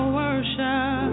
worship